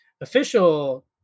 official